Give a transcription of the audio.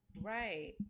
right